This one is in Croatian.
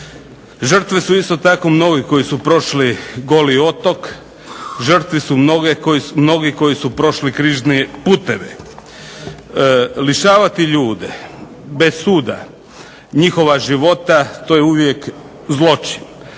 Žrtve su isto tako mnogi koji su prošli Goli otok, žrtve su mnogi koji su prošli križne puteve. Lišavati ljude bez suda njihova života to je uvijek zločin.